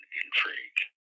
intrigue